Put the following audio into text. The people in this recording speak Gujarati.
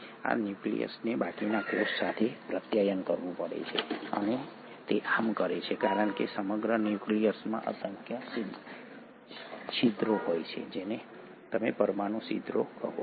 આ ન્યુક્લિયસને બાકીના કોષ સાથે પ્રત્યાયન કરવું પડે છે અને તે આમ કરે છે કારણ કે સમગ્ર ન્યુક્લિયસમાં અસંખ્ય છિદ્રો હોય છે જેને તમે પરમાણુ છિદ્રો કહો છો